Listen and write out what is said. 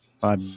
Bye